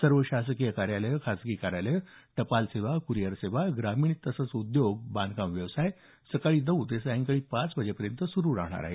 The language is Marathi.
सर्व शासकीय कार्यालयं खाजगी कार्यालय टपाल सेवा कुरिअर सेवा ग्रामीण तसंच उद्योग बांधकाम व्यवसाय सकाळी नऊ ते सायंकाळी पाच वाजेपर्यंत सुरू राहणार आहेत